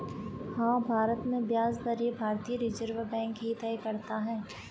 हाँ, भारत में ब्याज दरें भारतीय रिज़र्व बैंक ही तय करता है